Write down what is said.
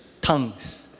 Tongues